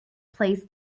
plays